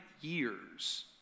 years